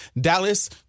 Dallas